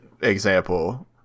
example